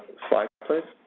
slide, please.